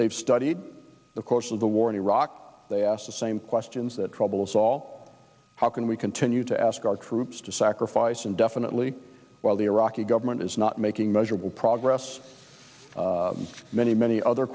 they've studied the course of the war in iraq they ask the same questions that trouble us all how can we continue to ask our troops to sacrifice indefinitely while the iraqi government is not making measurable progress many many other